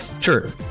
Sure